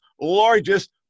largest